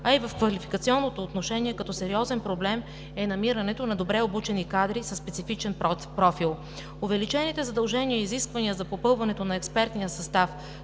а и в квалификационно отношение. Като сериозен проблем е намирането на добре обучени кадри със специфичен профил. Увеличените задължения и изисквания за попълването на експертния състав